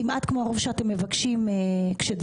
כמעט כמו הרוג שאתם מבקשים כאשר אתם לא